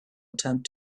attempt